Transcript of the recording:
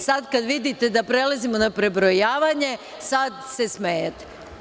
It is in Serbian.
Sada kada vidite da prelazimo na prebrojavanje, sada se smejete.